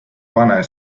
pane